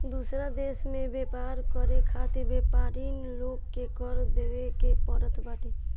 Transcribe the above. दूसरा देस में व्यापार करे खातिर व्यापरिन लोग के कर देवे के पड़त बाटे